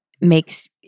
makes